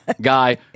guy